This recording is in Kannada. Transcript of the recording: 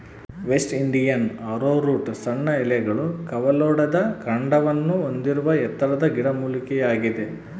ವೆಸ್ಟ್ ಇಂಡಿಯನ್ ಆರೋರೂಟ್ ಸಣ್ಣ ಎಲೆಗಳು ಕವಲೊಡೆದ ಕಾಂಡವನ್ನು ಹೊಂದಿರುವ ಎತ್ತರದ ಗಿಡಮೂಲಿಕೆಯಾಗಿದೆ